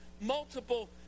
multiple